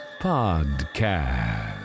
Podcast